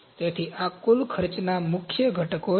તેથી આ કુલ ખર્ચના મુખ્ય ઘટકો છે